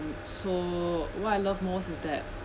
so what I love most is that